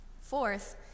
Fourth